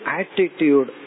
attitude